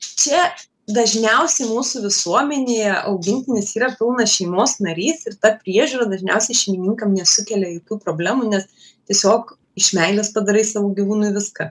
čia dažniausiai mūsų visuomenėje augintinis yra pilnas šeimos narys ir ta priežiūra dažniausiai šeimininkam nesukelia jokių problemų nes tiesiog iš meilės padarai savo gyvūnui viską